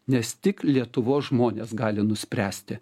nes tik lietuvos žmonės gali nuspręsti